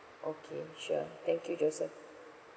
okay sure thank you joseph